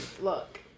Look